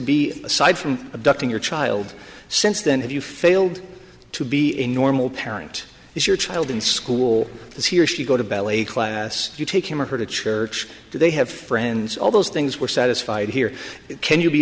be aside from abducting your child since then have you failed to be a normal parent is your child in school does he or she go to ballet class you take him or her to church they have friends all those things were satisfied here can you be